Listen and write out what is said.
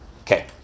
Okay